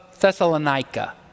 Thessalonica